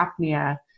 apnea